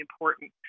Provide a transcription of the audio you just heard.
important